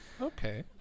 Okay